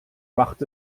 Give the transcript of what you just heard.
macht